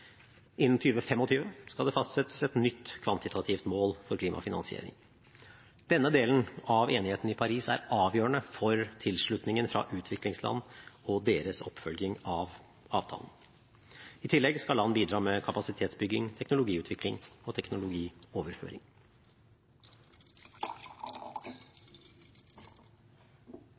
Innen 2025 skal det fastsettes et nytt kvantitativt mål for klimafinansiering. Denne delen av enigheten i Paris er avgjørende for tilslutningen fra utviklingsland og deres oppfølging av avtalen. I tillegg skal land bidra med kapasitetsbygging, teknologiutvikling og teknologioverføring.